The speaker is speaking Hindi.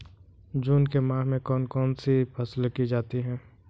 जून के माह में कौन कौन सी फसलें की जाती हैं?